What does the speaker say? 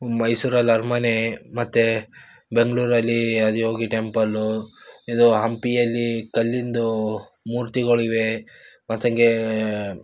ಮೈಸೂರಲ್ಲಿ ಅರಮನೆ ಮತ್ತು ಬೆಂಗಳೂರಲ್ಲಿ ಆದಿಯೋಗಿ ಟೆಂಪಲ್ಲೂ ಇದು ಹಂಪಿಯಲ್ಲಿ ಕಲ್ಲಿಂದು ಮೂರ್ತಿಗಳಿವೆ ಮತ್ತು ಹಾಗೇ